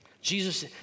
Jesus